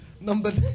Number